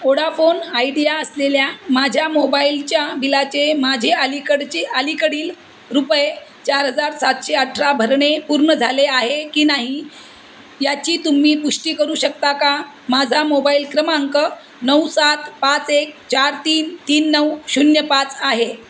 Vodafone Idea असलेल्या माझ्या मोबाईलच्या बिलाचे माझे अलीकडचे अलीकडील रुपये चार हजार सातशे अठरा भरणे पूर्ण झाले आहे की नाही याची तुम्ही पुष्टी करू शकता का माझा मोबाईल क्रमांक नऊ सात पाच एक चार तीन तीन नऊ शून्य पाच आहे